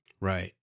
Right